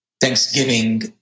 Thanksgiving